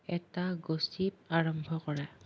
এটা গছিপ আৰম্ভ কৰা